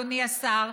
אדוני השר,